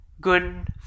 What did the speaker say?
good